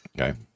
Okay